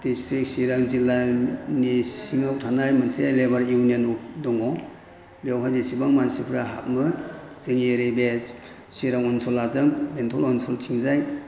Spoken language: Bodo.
डिस्ट्रिक्ट चिरां जिल्लानि सिङाव थानाय मोनसे लेबार इउनियन दङ बेवहाय जेसेबां मानसिफोरा हाबो जोंनि ओरैनि चिरां ओनसोलजों बेंथल ओनसोलथिंजाय